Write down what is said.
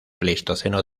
pleistoceno